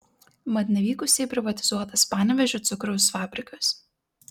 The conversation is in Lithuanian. mat nevykusiai privatizuotas panevėžio cukraus fabrikas